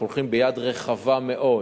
אנחנו הולכים ביד רחבה מאוד